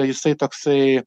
jisai toksai